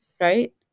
right